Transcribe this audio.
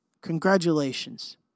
Congratulations